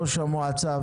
ראש המועצה,